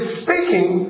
speaking